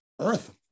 Earth